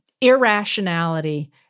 irrationality